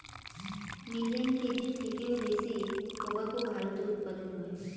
million কেজির থেকেও বেশি টোবাকো ভারতে উৎপাদন হয়